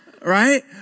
Right